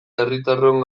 herritarron